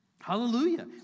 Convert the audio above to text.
Hallelujah